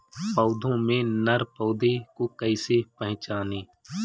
पौधों में नर पौधे को कैसे पहचानें?